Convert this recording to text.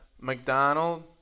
McDonald